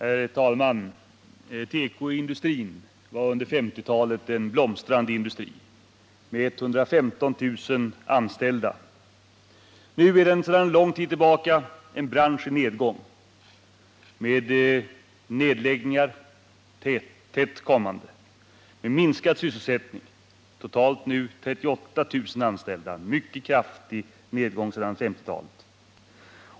Herr talman! Tekoindustrin var under 1950-talet en blomstrande industri med 115 000 anställda. Nu är den sedan lång tid tillbaka en bransch i nedgång med nedläggningar tätt kommande och med minskad sysselsättning, nu totalt 38 000 anställda — en mycket kraftig nedgång sedan 1950-talet.